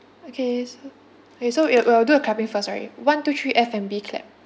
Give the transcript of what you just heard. okay so okay so we we'll do a clapping first sorry one two three F&B clap